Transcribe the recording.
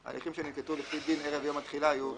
"הליכים שננקטו לפי דין ערב יום התחילה יהיו תקפים".